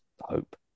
hope